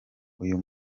uyu